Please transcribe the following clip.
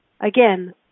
Again